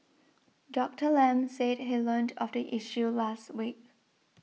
Doctor Lam said he learnt of the issue last week